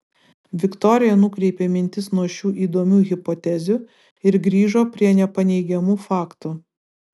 viktorija nukreipė mintis nuo šių įdomių hipotezių ir grįžo prie nepaneigiamų faktų